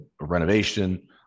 renovation